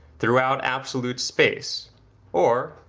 throughout absolute space or,